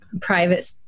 private